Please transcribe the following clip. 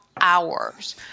hours